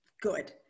Good